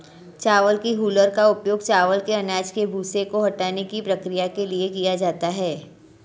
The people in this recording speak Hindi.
चावल की हूलर का उपयोग चावल के अनाज के भूसे को हटाने की प्रक्रिया के लिए किया जाता है